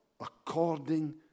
according